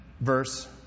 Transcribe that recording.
verse